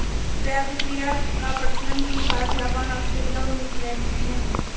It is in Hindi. क्रय अभिक्रय का प्रचलन चीन भारत, जापान, आस्ट्रेलिया और न्यूजीलैंड में है